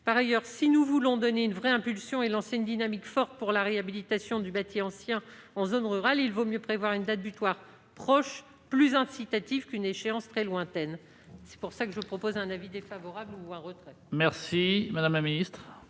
Par ailleurs, si nous voulons donner une vraie impulsion et lancer une dynamique forte pour la réhabilitation du bâti ancien en zone rurale, mieux vaut prévoir une date butoir proche, plus incitative qu'une échéance très lointaine. Pour ces raisons, la commission demande le retrait